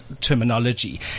terminology